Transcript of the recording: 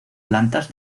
plantas